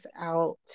out